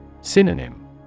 Synonym